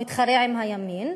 הוא מתחרה עם הימין,